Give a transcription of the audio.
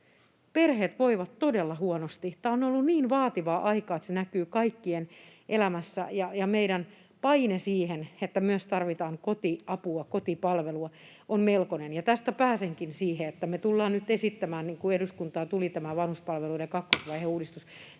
Perheet voivat todella huonosti. Tämä on ollut niin vaativaa aikaa, että se näkyy kaikkien elämässä, ja meidän paine siihen, että myös tarvitaan kotiapua, kotipalvelua, on melkoinen. Tästä pääsenkin siihen, että me tullaan nyt esittämään, kun eduskuntaan tuli tämän vanhuspalveluiden kakkosvaiheen uudistus,